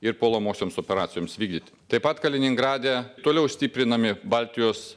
ir puolamosioms operacijoms vykdyti taip pat kaliningrade toliau stiprinami baltijos